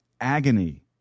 agony